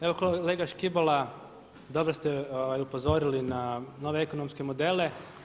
Evo kolega Škibola, dobro ste upozorili na nove ekonomske modele.